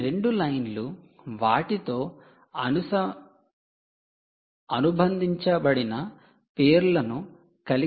ఈ 2 లైన్లు వాటితో అనుబంధించబడిన పేర్లను కలిగి ఉన్నాయి